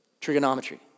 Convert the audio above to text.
trigonometry